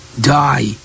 die